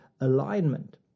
alignment